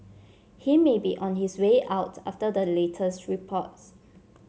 he may be on his way out after the latest reports